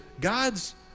God's